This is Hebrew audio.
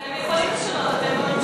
אתם יכולים לשנות, אתם הממשלה.